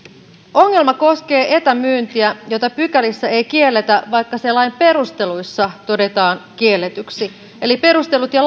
ongelma koskee etämyyntiä jota pykälissä ei kielletä vaikka se lain perusteluissa todetaan kielletyksi perustelut ja